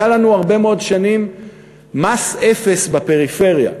היה לנו הרבה מאוד שנים מס אפס בפריפריה.